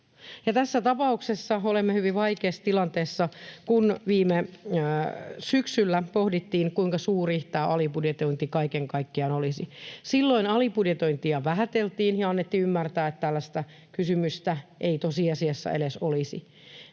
Tässä tapauksessa olemme hyvin vaikeassa tilanteessa. Kun viime syksynä pohdittiin, kuinka suuri tämä alibudjetointi kaiken kaikkiaan olisi, silloin alibudjetointia vähäteltiin ja annettiin ymmärtää, että tällaista kysymystä ei tosiasiassa edes olisi.